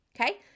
okay